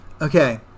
Okay